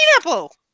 pineapple